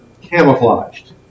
camouflaged